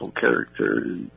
character